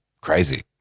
crazy